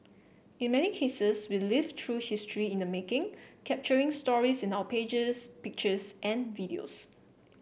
in many cases we live through history in the making capturing stories in our pages pictures and videos